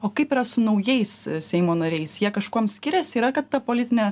o kaip yra su naujais seimo nariais jie kažkuom skiriasi yra kad ta politinė